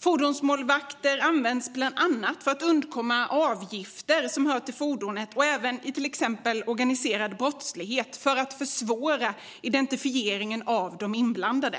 Fordonsmålvakter används bland annat för att undkomma avgifter som hör till fordonet och även i till exempel organiserad brottslighet för att försvåra identifieringen av de inblandade.